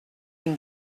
been